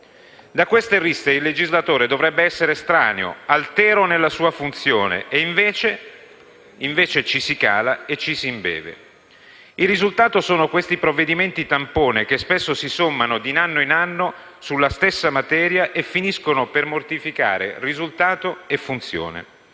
Da queste risse il legislatore dovrebbe essere estraneo, altero nella sua funzione e invece ci si cala e ci si imbeve. Il risultato sono questi provvedimenti tampone, che spesso si sommano, di anno in anno, sulla stessa materia e finiscono per mortificare risultato e funzione.